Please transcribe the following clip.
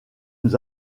nous